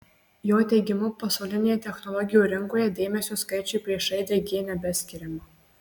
jo teigimu pasaulinėje technologijų rinkoje dėmesio skaičiui prieš raidę g nebeskiriama